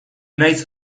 naiz